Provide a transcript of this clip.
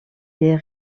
les